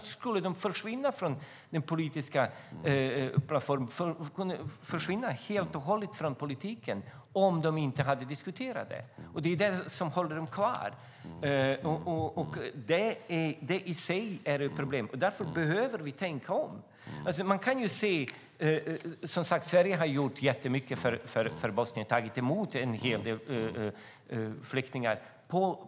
De skulle försvinna från politiken helt och hållet om de inte diskuterade detta. Det är det som håller dem kvar. Det i sig är ett problem, och därför behöver vi tänka om. Som sagt, Sverige har gjort jättemycket för Bosnien och tagit emot en hel del flyktingar.